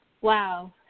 Wow